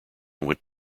went